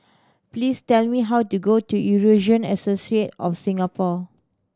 please tell me how to go to Eurasian Associate of Singapore